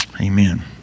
Amen